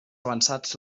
avançats